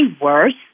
worse